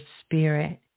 spirit